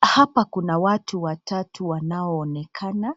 Hapa kuna watu watatu wanaonekana,